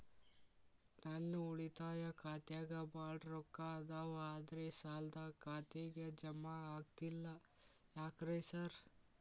ನನ್ ಉಳಿತಾಯ ಖಾತ್ಯಾಗ ಬಾಳ್ ರೊಕ್ಕಾ ಅದಾವ ಆದ್ರೆ ಸಾಲ್ದ ಖಾತೆಗೆ ಜಮಾ ಆಗ್ತಿಲ್ಲ ಯಾಕ್ರೇ ಸಾರ್?